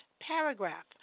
paragraph